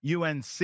UNC